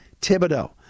Thibodeau